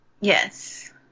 Yes